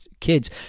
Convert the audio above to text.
kids